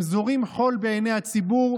הם זורים חול בעיני הציבור,